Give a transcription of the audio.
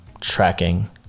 tracking